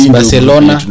Barcelona